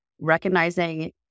recognizing